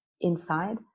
inside